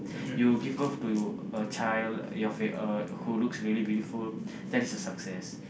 you give birth to you a child your fill uh who looks very beautiful that is a success